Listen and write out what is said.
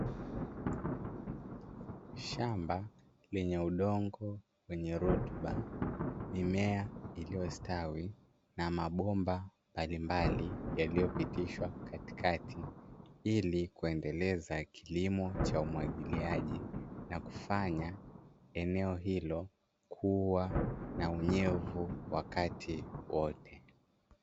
Shamba lenye udongo wenye rutuba, mimea iliyostawi na mabomba mbalimbali yaliyopitishwa katikati ili kuendeleza kilimo cha umwagiliaji na kufanya eneo hilo kuwa na unyevu wakati wote.